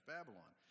Babylon